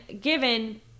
given